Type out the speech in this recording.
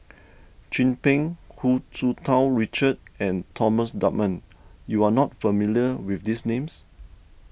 Chin Peng Hu Tsu Tau Richard and Thomas Dunman you are not familiar with these names